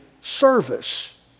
service